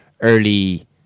Early